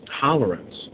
tolerance